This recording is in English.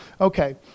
Okay